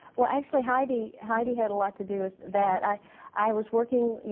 well, actually, heidi heidi had a lot to do with that. i i was working, you